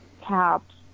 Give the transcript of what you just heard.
caps